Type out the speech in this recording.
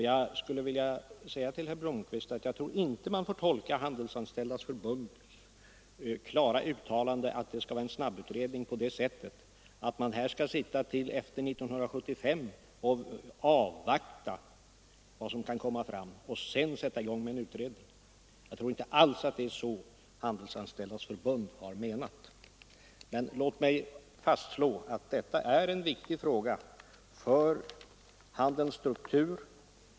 Man får inte, herr Blomkvist, tolka Handelsanställdas förbunds klara uttalande att det skall vara en snabbutredning så, att man till 1975 skall avvakta vad som kan komma fram och sedan sätta i gång en utredning. Jag tror inte alls att det är så Handelsanställdas förbund har menat. Låt mig slå fast att detta är en viktig fråga för handelns struktur.